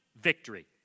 victory